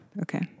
Okay